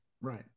Right